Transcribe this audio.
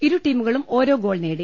ഇരു ടീമുകളും ഓരോ ഗോൾ നേടി